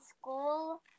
school